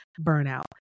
burnout